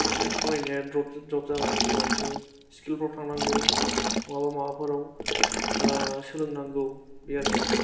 इसे फरायनाया द्रप जाबाय होमबा बिसोर स्किलफ्राव थांनांगौ नङाबा माबाफोराव सोलोंनांगौ बे आरखि